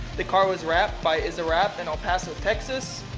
the car was wrapped by issa wrap in el paso, texas.